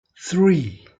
three